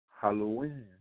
Halloween